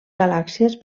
galàxies